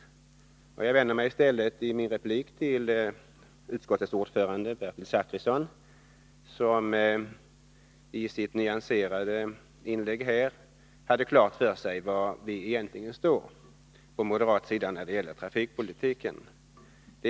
I stället vänder jag mig i min replik till utskottets ordförande Bertil Zachrisson, som i sitt nyanserade inlägg har klart för sig var moderaterna egentligen står när det gäller trafikpolitiken.